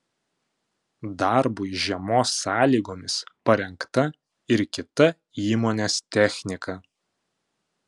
darbui žiemos sąlygomis parengta ir kita įmonės technika